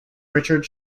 richard